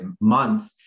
month